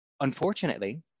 unfortunately